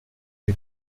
une